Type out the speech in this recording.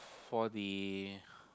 for the